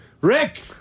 Rick